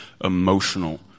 emotional